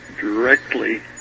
directly